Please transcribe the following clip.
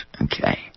okay